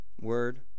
word